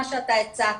מה שהצגת.